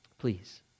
Please